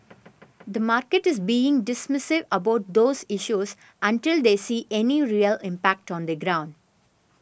the market is being dismissive about those issues until they see any real impact on the ground